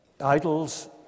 idols